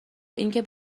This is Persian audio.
اینکه